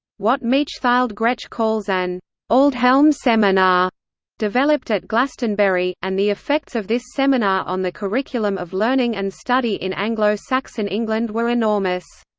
what mechthild gretsch calls an aldhelm seminar developed at glastonbury, and the effects of this seminar on the curriculum of learning and study in anglo-saxon england were enormous.